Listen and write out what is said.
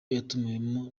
yatumiwemo